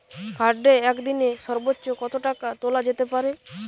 কার্ডে একদিনে সর্বোচ্চ কত টাকা তোলা যেতে পারে?